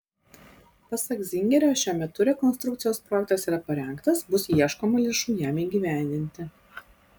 pasak zingerio šiuo metu rekonstrukcijos projektas yra parengtas bus ieškoma lėšų jam įgyvendinti